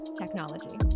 technology